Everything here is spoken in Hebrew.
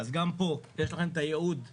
גם פה יש לכם הייעוד כלשונו.